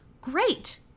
great